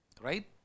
Right